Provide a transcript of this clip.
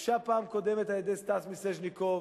הוגשה פעם קודמת על-ידי סטס מיסז'ניקוב,